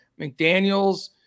McDaniels